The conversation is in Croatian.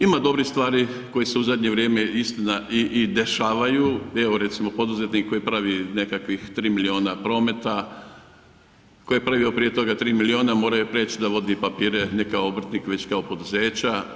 Ima dobrih stvari koje se u zadnje vrijeme istina i dešavaju, evo recimo poduzetnik koji pravi nekakvih tri milijuna prometa, koji je pravio prije toga tri milijuna morao je preć da vodi papire ne kao obrtnik već kao poduzeća.